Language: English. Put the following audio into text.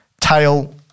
tail